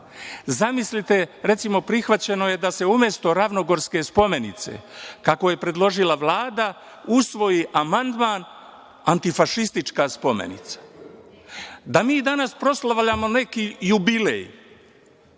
Vlada. Zamislite, recimo, prihvaćeno je da se umesto Ravnogorske spomenice kako je predložila Vlada, usvoji amandman antifašistička spomenica. Da mi danas proslavljamo neki jubilej